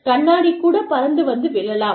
கண்ணாடி கூட பறந்து வந்து விழலாம்